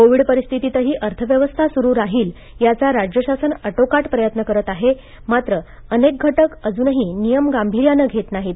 Covid परिस्थितीतही अर्थव्यवस्था सुरू राहील याचा राज्य शासन आटोकाट प्रयत्न करत आहे मात्र अनेक घटक अजूनही नियम गांभीर्याने घेत नाहीत